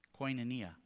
koinonia